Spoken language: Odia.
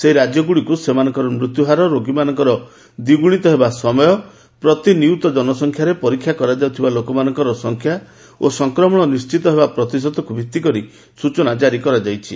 ସେହି ରାଜ୍ୟଗୁଡ଼ିକୁ ସେମାନଙ୍କର ମୃତ୍ୟୁ ହାର ରୋଗୀମାନଙ୍କର ଦ୍ୱିଗୁଣିତ ହେବା ସମୟ ପ୍ରତି ନିୟୁତ ଜନସଂଖ୍ୟାରେ ପରୀକ୍ଷା କରାଯାଉଥିବା ଲୋକମାନଙ୍କର ସଂଖ୍ୟା ଓ ସଂକ୍ମଣ ନିଶ୍ଚିତ ହେବା ପ୍ରତିଶତକୁ ଭିଭି କରି ସୂଚନା ଜାରି କରାଯାଇଛି